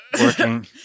Working